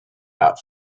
out